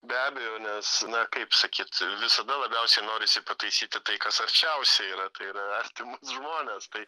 be abejo nes na kaip sakyt visada labiausiai norisi pataisyti tai kas arčiausiai yra yra artimus žmones tai